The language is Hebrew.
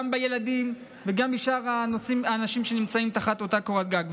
גם בילדים וגם בשאר האנשים שנמצאים תחת אותה קורת גג.